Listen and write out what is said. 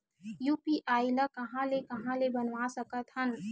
UPI ल कहां ले कहां ले बनवा सकत हन?